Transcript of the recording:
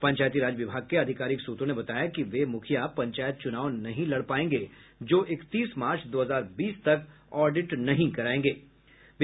पंचायती राज विभाग के आधिकारिक सूत्रों ने बताया कि वे मुखिया पंचायत चुनाव नहीं लड़ पायेंगे जो इकतीस मार्च दो हजार बीस तक ऑडिट नहीं करायेंगे है